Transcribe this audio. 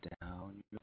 down